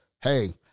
hey